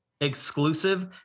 exclusive